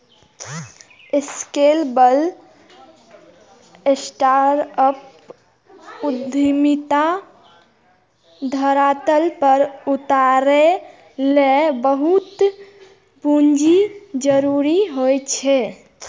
scalable startup उद्यमिता के धरातल पर उतारै लेल बहुत पूंजी के जरूरत होइ छै